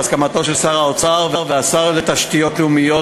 בהסכמת שר האוצר ושר התשתיות הלאומיות,